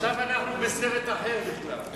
עכשיו אנחנו בסרט אחר בכלל.